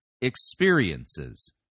experiences